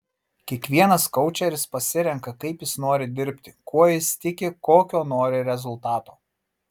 kiekvienas koučeris pasirenka kaip jis nori dirbti kuo jis tiki kokio nori rezultato